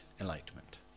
enlightenment